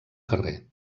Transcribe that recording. carrer